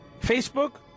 Facebook